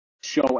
Show